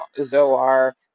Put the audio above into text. Zoar